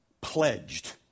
pledged